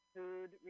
food